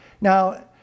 Now